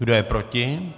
Kdo je proti?